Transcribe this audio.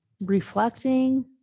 reflecting